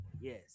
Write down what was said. yes